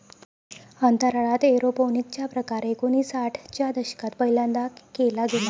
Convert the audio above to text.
अंतराळात एरोपोनिक्स चा प्रकार एकोणिसाठ च्या दशकात पहिल्यांदा केला गेला